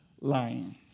lying